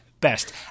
best